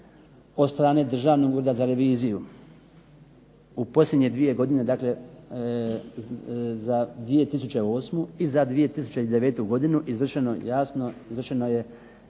od strane Državnog ureda za reviziju u posljednje dvije godine, dakle za 2008. i za 2009. godinu izvršeno jasno izvršeno je